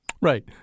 Right